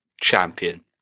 Champion